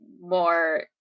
more